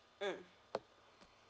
mm